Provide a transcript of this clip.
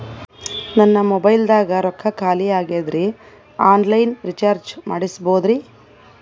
ನನ್ನ ಮೊಬೈಲದಾಗ ರೊಕ್ಕ ಖಾಲಿ ಆಗ್ಯದ್ರಿ ಆನ್ ಲೈನ್ ರೀಚಾರ್ಜ್ ಮಾಡಸ್ಬೋದ್ರಿ?